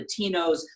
Latinos